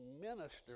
minister